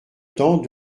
temps